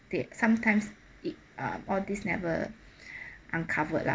they sometimes it uh all this never uncovered lah